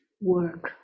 work